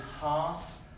half